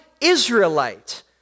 Israelite